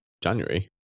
January